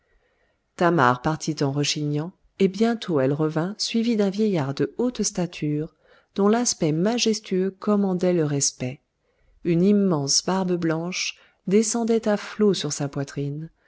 thamar partit en rechignant et bientôt elle revint suivie d'un vieillard de haute stature dont l'aspect majestueux commandait le respect une immense barbe blanche descendait à flots sur sa poitrine